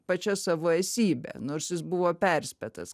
pačia savo esybe nors jis buvo perspėtas